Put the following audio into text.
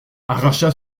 arracha